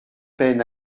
peine